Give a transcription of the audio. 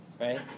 Right